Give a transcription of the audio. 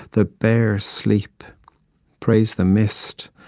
the bear sleep praise the mist,